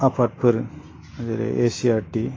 आफादफोर जेरै S C R T